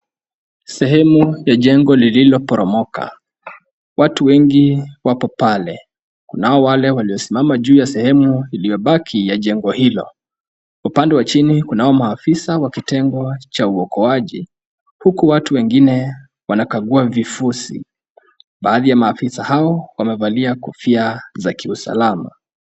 Sehemu ya jengo lililoporomoka. Watu wengi wapo pale, kunao wale waliosimama juu ya sehemu iliyobaki ya jengo hilo. Upande wa chini kunao maafisa wa kitengo cha uokoaji, huku watu wengine wanakagua vifusi. Baadhi ya maafisa hao wamevalia kofia za kiusalama.